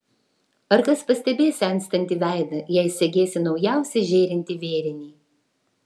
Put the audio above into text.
ar kas pastebės senstantį veidą jei segėsi naujausią žėrintį vėrinį